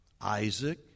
Isaac